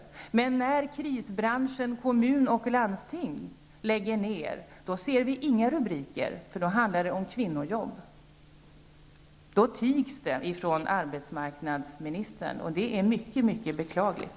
Men när krisbranschen kommuner och landsting lägger ner verksamhet, då ser vi inga rubriker, eftersom det handlar om kvinnojobb. Då tiger arbetsmarknadsministern, och det är mycket beklagligt.